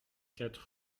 quatre